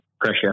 pressure